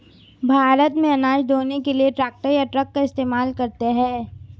भारत में अनाज ढ़ोने के लिए ट्रैक्टर या ट्रक का इस्तेमाल करते हैं